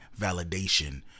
validation